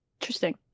Interesting